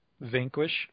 Vanquish